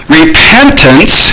repentance